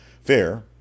Fair